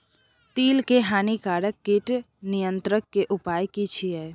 तिल के हानिकारक कीट नियंत्रण के उपाय की छिये?